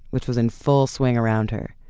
which was in full swing around her.